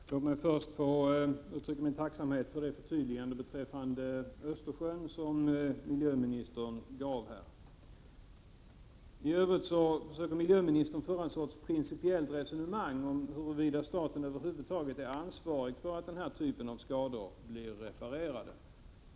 Fru talman! Låt mig först få uttrycka min tacksamhet för det förtydligande beträffande Östersjön som miljöministern gjorde. I övrigt försöker miljöministern föra någon sorts principiellt resonemang om huruvida staten över huvud taget är ansvarig för att den här typen av skador blir reparerade.